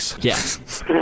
Yes